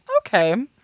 Okay